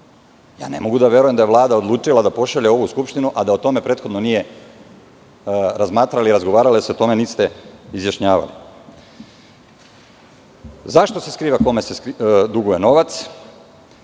ne mogu da verujem da je Vlada odlučila da pošalje ovo u skupštinu a da o tome prethodno nije razmatrala i razgovarala o tome ili se niste izjašnjavali.Zašto se skriva kome se duguje novac?